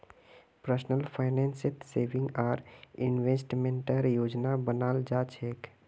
personal फाइनेंसत saving आर इन्वेस्टमेंटेर योजना बनाल जा छेक